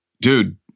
Dude